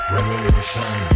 Revolution